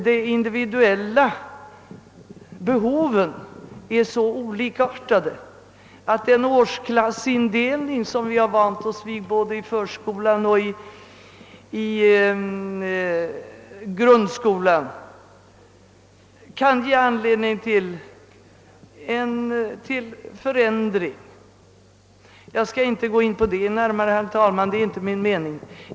De individuella behoven är också så olikartade, att den årsklassindelning som vi vant oss vid i både förskolan och grundskolan kan' bli föremål för förändring. | Det är inte min mening att gå närmare in på detta, herr talman.